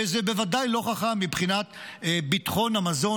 וזה בוודאי לא חכם מבחינת ביטחון המזון,